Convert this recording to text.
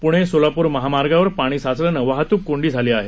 प्णे सोलापूर महामार्गावर पाणी साचल्यानं वाहतूक कोंडी झाली होती